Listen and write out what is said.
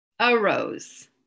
arose